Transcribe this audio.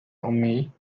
أمي